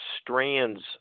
strands